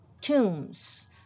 tombs